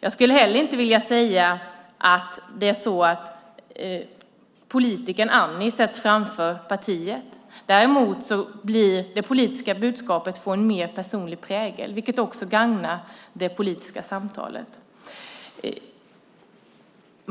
Jag skulle heller inte vilja säga att politikern Annie sätts framför partiet. Däremot får det politiska budskapet en mer personlig prägel, vilket gagnar det politiska samtalet.